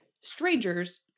strangers